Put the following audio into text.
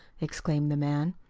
exclaimed the man.